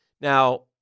Now